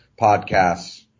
podcasts